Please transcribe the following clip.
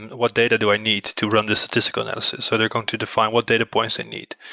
and what data do i need to run the statistical analysis? so they're going to define what data points they need.